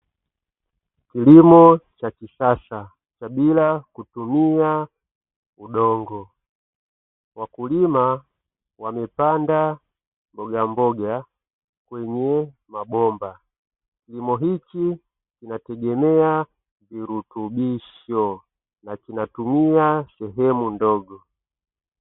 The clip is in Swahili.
Kilimo cha kisasa cha bila kutumia udongo. Wakulima wamepanda mbogamboga kwenye mabomba. Kilimo hiki kinategemea virutubisho na kinatumika sehemu ndogo.